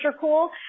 cool